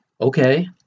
Okay